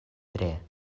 tre